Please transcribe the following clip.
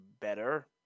better